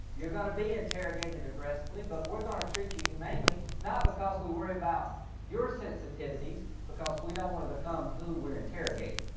you're going to be interrogated aggressively but we're going to treat you humanely not because we worry about your sensitivities because we don't want to become who we're interrogating.